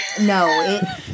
No